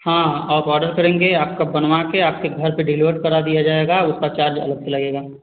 हाँ आप ऑर्डर करेंगे आपका बनवा के आपके घर पर डीलीवर करा दिया जायेगा उसका चार्ज अलग से लगेगा